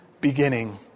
beginning